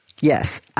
Yes